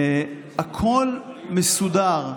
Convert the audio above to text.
הכול מסודר,